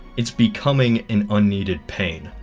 it's becoming an unneeded pain.